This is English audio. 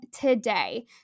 today